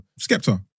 Skepta